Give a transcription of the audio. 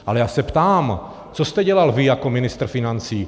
Ale já se ptám: Co jste dělal vy jako ministr financí?